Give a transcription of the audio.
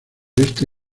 este